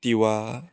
Tiwa